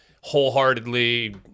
wholeheartedly